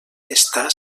està